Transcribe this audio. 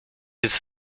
his